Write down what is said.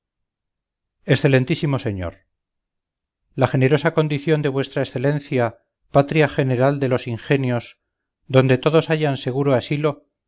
excelentísimo señor la generosa condición de v e patria general de los ingenios donde todos hallan seguro asilo